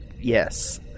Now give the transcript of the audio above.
yes